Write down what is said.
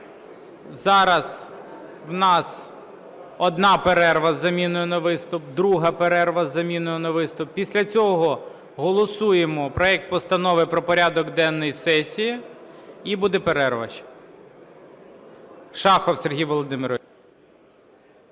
зараз у нас одна перерва з заміною на виступ, друга перерва з заміною на виступ. Після цього голосуємо проект Постанови про порядок денний сесії, і буде перерва ще. Шахов Сергій Володимирович.